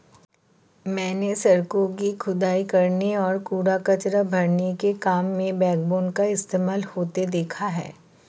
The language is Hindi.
मैंने सड़कों की खुदाई करने और कूड़ा कचरा भरने के काम में बैकबोन का इस्तेमाल होते देखा है